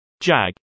Jag